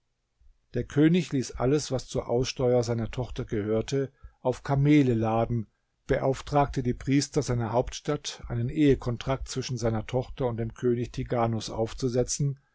der könig ließ alles was zur aussteuer seiner tochter gehörte auf kamele laden beauftragte die priester seiner hauptstadt einen ehekontrakt zwischen seiner tochter und dem könig tighanus aufzusetzen